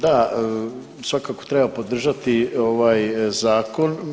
Da svakako treba podržati ovaj zakon.